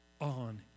on